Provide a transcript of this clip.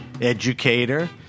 educator